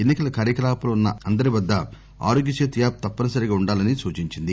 ఎన్ని కల కార్యకలాపాల్లో ఉన్న అందరి వద్ద ఆరోగ్య సేతు యాప్ తప్పనిసరిగా ఉండాలని సూచించింది